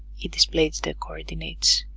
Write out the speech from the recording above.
it displays the coordinates